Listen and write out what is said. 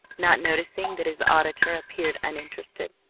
not noticing that his auditor appeared uninterested.